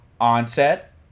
onset